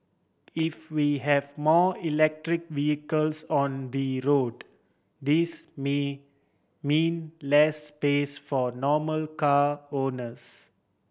if we have more electric vehicles on the road this may mean less space for normal car owners